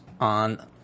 on